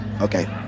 Okay